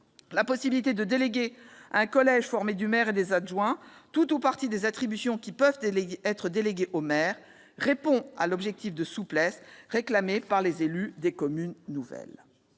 La possibilité de déléguer à un collège formé du maire et des adjoints tout ou partie des attributions qui peuvent être déléguées au maire répond à la demande de souplesse des élus des communes nouvelles.